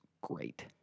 great